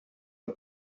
del